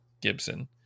Gibson